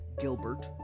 Gilbert